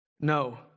no